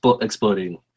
exploding